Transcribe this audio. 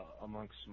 amongst